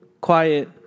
Quiet